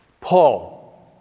Paul